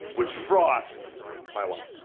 which frosts my wife.